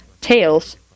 tails